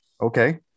okay